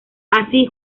así